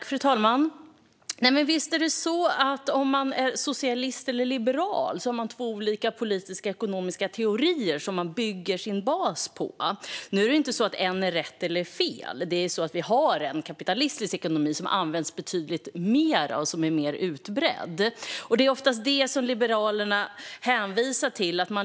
Fru talman! Visst har man två olika politiska och ekonomiska teorier som man bygger sin bas på beroende på om man är socialist eller liberal. Det är inte så att en är rätt och en är fel. Vi har ju en kapitalistisk ekonomi som används betydligt mer och är mer utbredd. Det är oftast detta Liberalerna hänvisar till.